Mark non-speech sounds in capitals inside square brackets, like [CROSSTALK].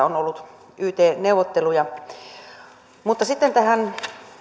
[UNINTELLIGIBLE] on ollut yt neuvotteluja sitten tähän